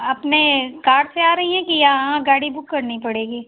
अपने कार से आ रही हैं कि यहां गाड़ी बुक करनी पड़ेगी